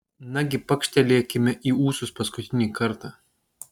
nagi pakštelėkime į ūsus paskutinį kartą